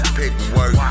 paperwork